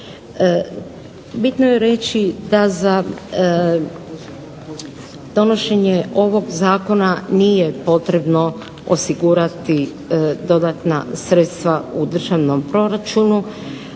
Bitno je reći da za donošenje ovog zakona nije potrebno osigurati dodatna sredstva u državnom proračunu,